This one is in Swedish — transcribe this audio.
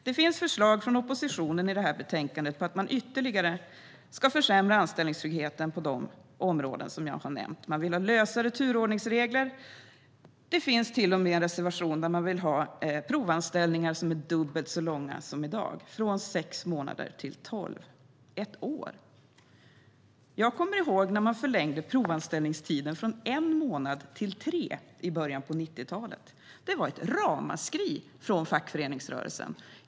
Det finns förslag från oppositionen i det här betänkandet om att ytterligare försämra anställningstryggheten på de områden jag har nämnt. Man vill ha lösare turordningsregler, och det finns till och med en reservation där man vill ha provanställningar som är dubbelt så långa som i dag - från sex månader till tolv månader: ett år! Jag kommer ihåg när man förlängde provanställningstiden från en månad till tre månader i början av 90-talet. Det var ett ramaskri i fackföreningsrörelsen.